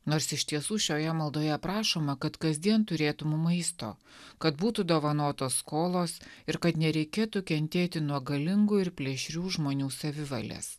nors iš tiesų šioje maldoje prašoma kad kasdien turėtų mum maisto kad būtų dovanotos skolos ir kad nereikėtų kentėti nuo galingų ir plėšrių žmonių savivalės